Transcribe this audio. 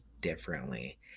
differently